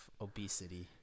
obesity